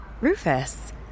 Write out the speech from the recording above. Rufus